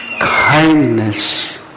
Kindness